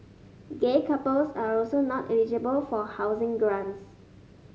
gay couples are also not eligible for housing grants